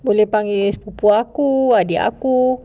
boleh panggil sepupu aku adik aku